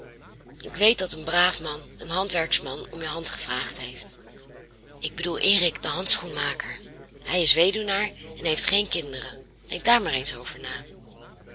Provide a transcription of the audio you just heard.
ik weet dat een braaf man een handwerksman om je hand gevraagd heeft ik bedoel erich den handschoenmaker hij is weduwnaar en heeft geen kinderen denk daar eens over na